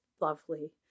Lovely